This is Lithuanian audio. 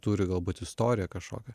turi galbūt istoriją kažkokią